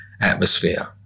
atmosphere